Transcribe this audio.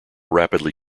rapidly